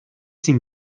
sin